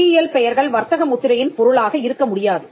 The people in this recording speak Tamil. புவியியல் பெயர்கள் வர்த்தக முத்திரையின் பொருளாக இருக்க முடியாது